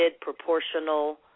proportional